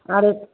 अरे